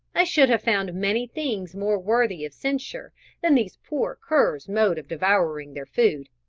i should have found many things more worthy of censure than these poor curs' mode of devouring their food.